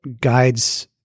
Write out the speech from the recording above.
guides